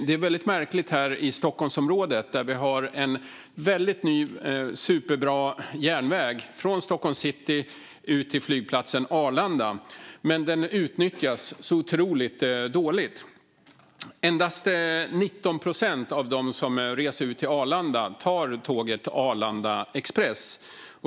Det är väldigt märkligt att vi här i Stockholmsområdet har en ny, superbra järnväg från Stockholms city ut till flygplatsen Arlanda som utnyttjas otroligt dåligt. Endast 19 procent av dem som reser ut till Arlanda tar tåget Arlanda Express.